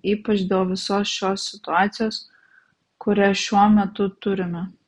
ypač dėl visos šios situacijos kurią šiuo metu turime